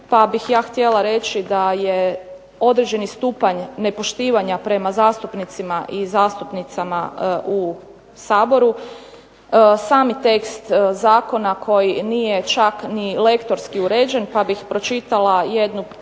pa bih ja htjela reći da je određeni stupanj nepoštivanja prema zastupnicima i zastupnicama u Saboru, sami tekst zakona koji nije čak ni lektorski uređen pa bih pročitala jednu prilično